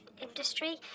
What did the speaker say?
industry